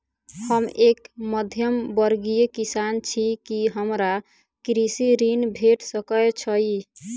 हम एक मध्यमवर्गीय किसान छी, की हमरा कृषि ऋण भेट सकय छई?